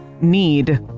need